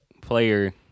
player